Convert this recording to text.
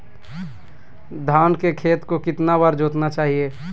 धान के खेत को कितना बार जोतना चाहिए?